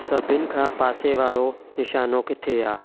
सभिनि खां पासे वारो निशानो किथे आहे